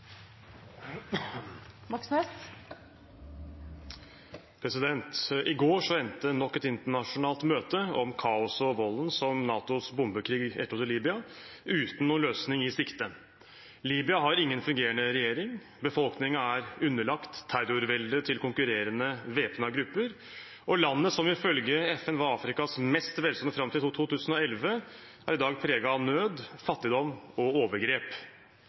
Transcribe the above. NATOs bombekrig etterlot i Libya, uten noen løsning i sikte. Libya har ingen fungerende regjering, befolkningen er underlagt terrorveldet til konkurrerende væpnede grupper, og landet, som ifølge FN var Afrikas mest velstående fram til 2011, er i dag preget av nød, fattigdom og overgrep.